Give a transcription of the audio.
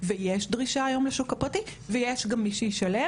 ויש דרישה היום בשוק הפרטי ויש גם מי שישלם